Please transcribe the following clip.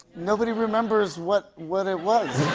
nobody remembers what what it was.